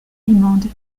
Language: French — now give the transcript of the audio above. allemandes